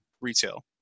retail